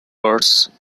wars